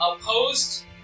opposed